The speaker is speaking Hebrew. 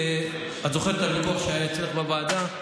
את זוכרת את הוויכוח שהיה אצלך בוועדה?